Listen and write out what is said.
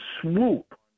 swoop